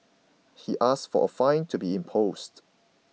he asked for a fine to be imposed